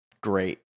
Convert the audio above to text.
Great